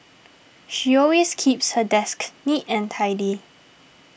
she always keeps her desk neat and tidy